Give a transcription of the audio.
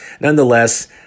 Nonetheless